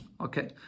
Okay